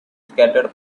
scattered